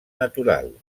natural